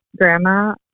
grandma